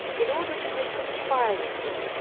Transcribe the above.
in order to make some inquiries there,